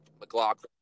McLaughlin